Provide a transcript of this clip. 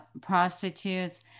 prostitutes